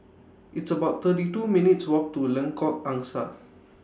It's about thirty two minutes' Walk to Lengkok Angsa